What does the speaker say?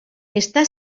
està